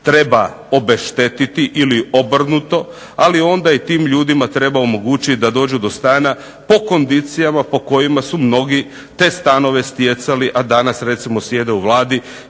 treba obeštetiti ili obrnuto, ali onda i tim ljudima treba omogućiti da dođu do stana po kondicijama po kojima su mnogi te stanove stjecali, a danas recimo sjede u Vladi